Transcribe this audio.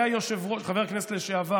אוריאל לין, חבר הכנסת אמסלם.